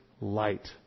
light